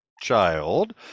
child